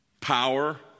Power